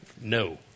No